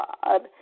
God